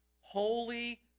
Holy